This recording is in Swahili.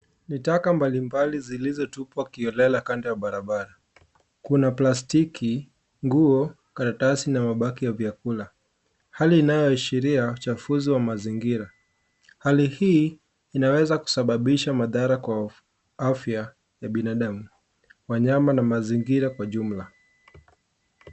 Ni taka mbali mbali zilizotupwa kiholela kando ya barabara. Kuna plastiki , nguo, karatasi na mabaki ya vyakula hali inayoashiria uchafuzi wa mazingira. Hali hii inaweza kusababisha madhara kwa afya ya binadamu, wanyama na mazingira kwa jumla.